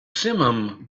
simum